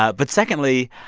ah but secondly,